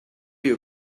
your